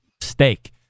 steak